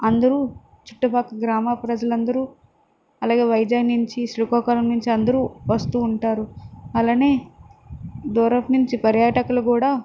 అందరూ చుట్టుపక్కన గ్రామా ప్రజలందరూ అలాగే వైజాగ్ నుంచి శ్రీకాకుళం నుంచి అందరూ వస్తూ ఉంటారు అలానే దూరపు నుంచి పర్యాటకులు కూడా